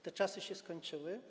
Te czasy się skończyły.